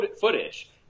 footage